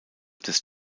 des